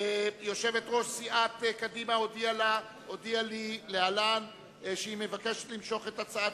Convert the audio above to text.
יושבת-ראש סיעת קדימה הודיעה לי שהיא מבקשת למשוך את הצעת